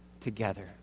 together